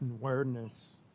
awareness